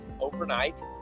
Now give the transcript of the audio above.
overnight